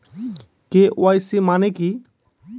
KYC মানে কি?